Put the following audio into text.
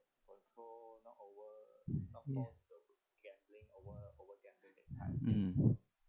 mm